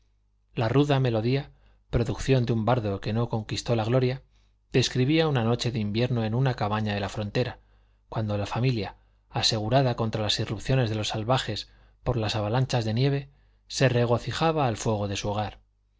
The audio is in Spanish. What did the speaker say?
la ruda melodía producción de un bardo que no conquistó la gloria describía una noche de invierno en una cabaña de la frontera cuando la familia asegurada contra las irrupciones de los salvajes por las avalanchas de nieve se regocijaba al fuego de su hogar